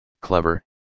clever